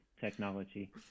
technology